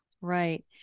Right